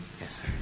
Yes